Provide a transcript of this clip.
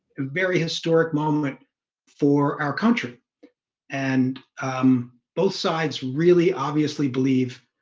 very historic moment for our country and um both sides really obviously believe